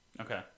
Okay